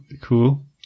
Cool